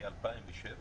מ-2007